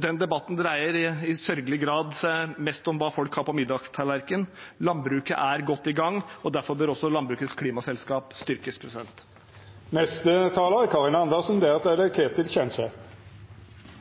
Den debatten dreier seg – sørgelig nok – mest om hva folk har på middagstallerkenen. Landbruket er godt i gang, og derfor bør også Landbrukets Klimaselskap styrkes. Det haster nå. Det er